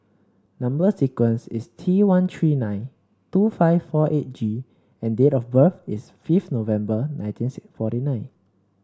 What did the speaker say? number sequence is T one three nine two five four eight G and date of birth is fifth November nineteen six forty nine